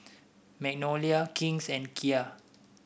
Magnolia King's and Kia